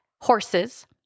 horses